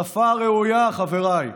שפה ראויה, חבריי,